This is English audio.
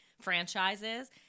franchises –